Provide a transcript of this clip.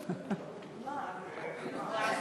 שאני באמת רוצה להעריך,